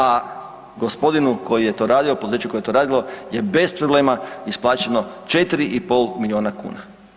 A gospodinu koji je to radio, poduzeće koje je to radilo je bez problema isplaćeno 4,5 milijuna kuna.